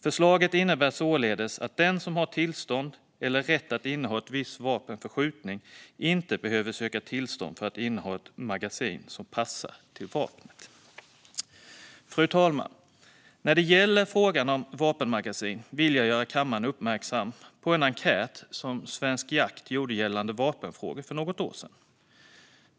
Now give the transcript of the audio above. Förslaget innebär således att den som har tillstånd eller rätt att inneha ett visst vapen för skjutning inte behöver söka tillstånd för att inneha ett magasin som passar till vapnet. Fru talman! När det gäller frågan om vapenmagasin vill jag göra kammaren uppmärksam på en enkät som Svensk Jakt gjorde gällande vapenfrågor för något år sedan.